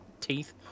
teeth